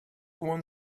one